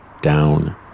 down